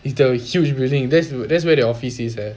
is the huge building that's you know that's where the offices eh